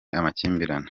amakimbirane